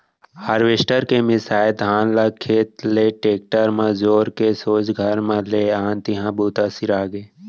harvester के मिंसाए धान ल खेत ले टेक्टर म जोर के सोझ घर म ले आन तिहॉं बूता सिरागे